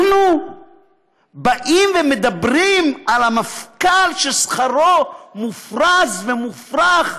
אנחנו מדברים על המפכ"ל, ששכרו מופרז ומופרז,